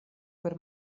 per